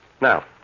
Now